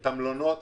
את המלונות,